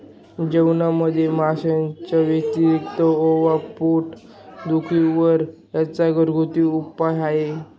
जेवणामध्ये मसाल्यांच्या व्यतिरिक्त ओवा पोट दुखी वर चा घरगुती औषधी उपाय आहे